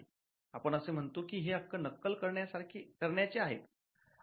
आपण असे म्हणतो की हे हक्क नक्कल करण्याचे आहेत